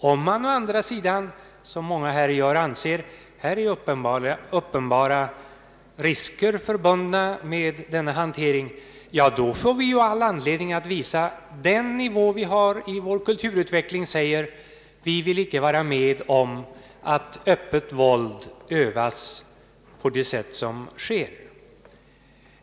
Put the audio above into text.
Om man å andra sidan liksom många här anser att uppenbara risker är förbundna med denna hantering, ja, då får vi ju all anledning att visa den nivå vi har i vår kulturutveckling genom att säga: Vi vill inte vara med om att öppet våld övas på det sätt som sker.